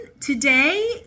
Today